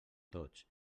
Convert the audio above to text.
tots